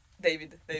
David